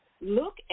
look